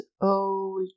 old